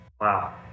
Wow